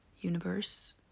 universe